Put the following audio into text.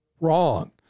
wrong